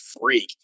freak